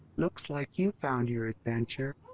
looks like you found your adventure.